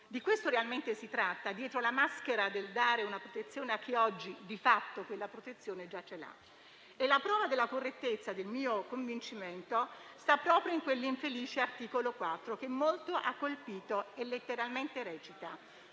Di questo realmente si tratta, dietro la maschera del dare una protezione a chi oggi, di fatto, già ce l'ha. La prova della correttezza del mio convincimento sta proprio in quell'infelice articolo 4, che molto ha colpito e che letteralmente recita: